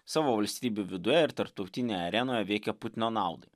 savo valstybių viduje ir tarptautinėje arenoje veikia putino naudai